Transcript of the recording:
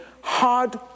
hard